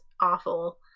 awful